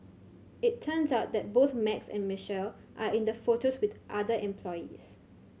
it turns out that both Max and Michelle are in the photos with other employees